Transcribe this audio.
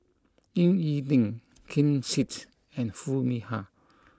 Ying E Ding Ken Seet and Foo Mee Har